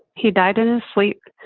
he died in his sleep.